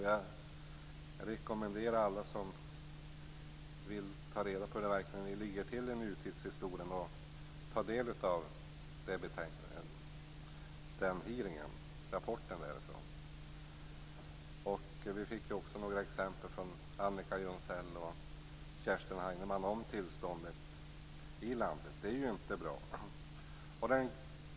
Jag rekommenderar alla dem som vill ta reda på hur nutidshistorien ser ut att ta del av utskriften från den hearingen. Vi fick också av Annika Jonsell och Kerstin Heinemann några exempel på tillståndet i landet, som ju inte är bra.